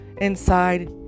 inside